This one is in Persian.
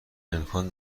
امکان